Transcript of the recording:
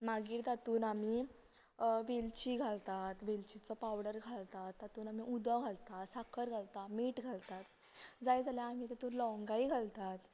मागीर तातूंत आमी वेलची घालतात वेलचीचो पावडर घालतात तातूंत आमी उदक घालतात साखर घालतात मीठ घालतात जाय जाल्यार आमी तितूंत लवंगाय घालतात